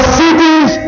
cities